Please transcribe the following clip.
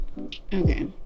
Okay